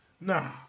Nah